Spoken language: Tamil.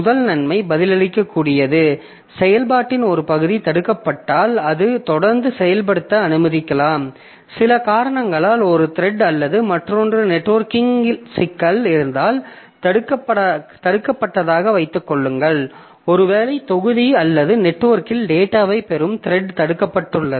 முதல் நன்மை பதிலளிக்கக்கூடியது செயல்பாட்டின் ஒரு பகுதி தடுக்கப்பட்டால் அது தொடர்ந்து செயல்படுத்த அனுமதிக்கலாம் சில காரணங்களால் ஒரு த்ரெட் அல்லது மற்றொன்று நெட்வொர்க்கிங் சிக்கல் இருந்தால் தடுக்கப்பட்டதாக வைத்துக் கொள்ளுங்கள் ஒருவேளை தொகுதி அல்லது நெட்வொர்க்கில் டேட்டாவைப் பெறும் த்ரெட் தடுக்கப்பட்டுள்ளது